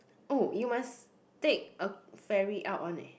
oh you must take a ferry out [one] eh